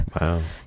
Wow